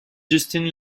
justine